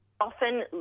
often